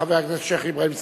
חבר הכנסת שיח' אברהים צרצור,